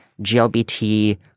GLBT